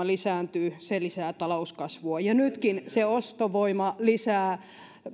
lisääntyy se lisää talouskasvua ja nytkin se ostovoima lisää